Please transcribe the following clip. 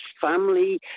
family